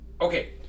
Okay